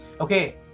Okay